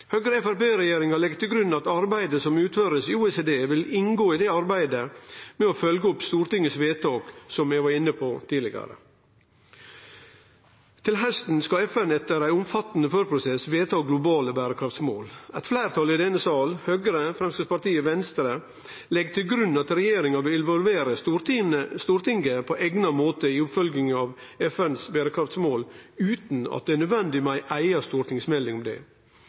legg til grunn at arbeidet som blir utført i OECD, vil inngå i arbeidet med å følgje opp Stortingets vedtak, som eg var inne på tidlegare. Til hausten skal FN etter ein omfattande førprosess vedta globale berekraftsmål. Eit fleirtal i denne sal, Høgre, Framstegspartiet og Venstre, legg til grunn at regjeringa vil involvere Stortinget på eigna måte i oppfølginga av FNs berekraftsmål utan at det er nødvendig med ei eiga stortingsmelding om det.